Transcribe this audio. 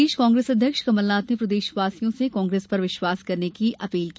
प्रदेश कांग्रेस अध्यक्ष कमलनाथ ने प्रदेशवासियों से कांग्रेस पर विश्वास करने की अपील की